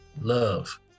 love